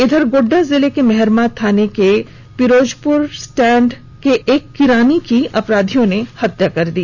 इधर गोड्डा जिले के मेहरमा थाने के पिरोजप्र टेंपो स्टैंड के एक किरानी की अपराधियों ने हत्या कर दी